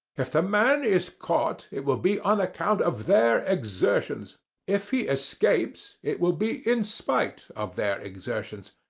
if the man is caught, it will be on account of their exertions if he escapes, it will be in spite of their exertions.